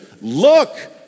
Look